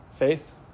Faith